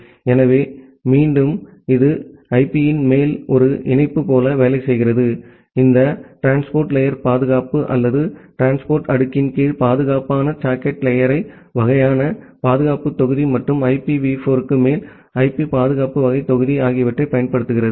எனவே மீண்டும் இது ஐபியின் மேல் ஒரு இணைப்பு போல வேலை செய்கிறது இந்த போக்குவரத்து லேயர் பாதுகாப்பு அல்லது போக்குவரத்து அடுக்கின் கீழ் பாதுகாப்பான சாக்கெட் லேயர் வகையான பாதுகாப்பு தொகுதி மற்றும் ஐபிவி 4 க்கு மேல் ஐபி பாதுகாப்பு வகை தொகுதி ஆகியவற்றைப் பயன்படுத்துகிறது